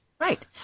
Right